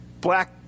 black